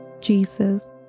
Jesus